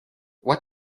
what